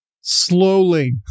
slowly